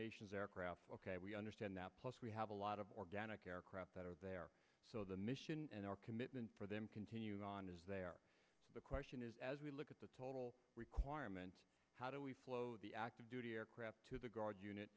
nations aircraft we understand that plus we have a lot of organic aircraft that are out there so the mission and our commitment for them continue on as they are the question is as we look at the total requirements how do we flow the active duty aircraft to the guard unit